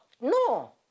No